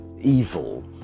evil